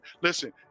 listen